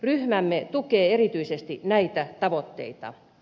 ryhmämme tukee erityisesti näitä tavoitteita